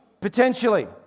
Potentially